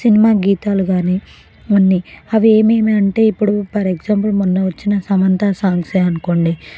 cinema గీతాలుగానీ ఇవన్నీ అవి ఏమేమి అంటే ఇప్పుడు ఫర్ ఎక్జాంపుల్ మొన్న వచ్చిన సమంత సాంగ్సే అనుకోండి